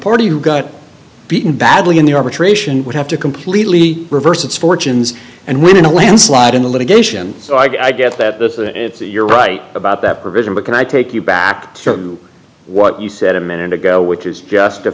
party who got beaten badly in the arbitration would have to completely reverse its fortunes and win in a landslide in the litigation so i get that you're right about that provision but can i take you back to what you said a minute ago which is just a